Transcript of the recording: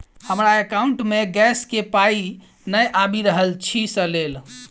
हमरा एकाउंट मे गैस केँ पाई नै आबि रहल छी सँ लेल?